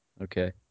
Okay